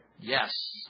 Yes